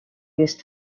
used